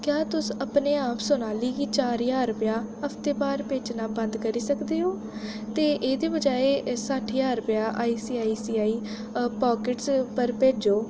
क्या तुस अपने आप सुनाली गी चार ज्हार रपेआ हफ्तावार भेजना बंद करी सकदे ओ ते एह्दे बजाए सट्ठ ज्हार रपेआ आईसीआईसीआई पाकेट्स पर भेजो